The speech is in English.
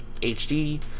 HD